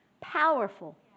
Powerful